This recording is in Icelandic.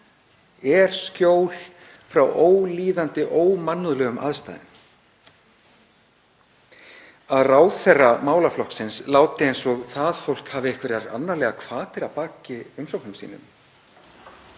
er skjól frá ólíðandi ómannúðlegum aðstæðum. Að ráðherra málaflokksins láti eins og það fólk hafi einhverjar annarlegar hvatir að baki umsóknum sínum